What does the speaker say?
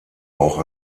auch